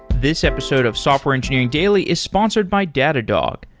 this episode of software engineering daily is sponsored by datadog.